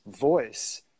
voice